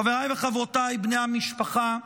חבריי וחברותי בני המשפחה,